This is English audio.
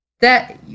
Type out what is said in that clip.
That-